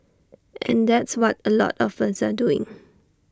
and that's what A lot us are doing